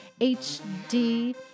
HD